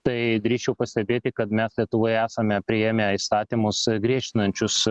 tai drįsčiau pastebėti kad mes lietuvoje esame priėmę įstatymus griežtinančius